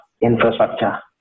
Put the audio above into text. infrastructure